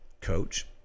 coach